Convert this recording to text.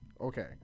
okay